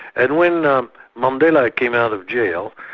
and when um mandela came out of jail,